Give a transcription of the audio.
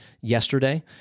yesterday